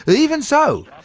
even so,